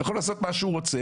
הוא יכול לעשות מה שהוא רוצה.